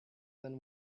than